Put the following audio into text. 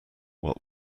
what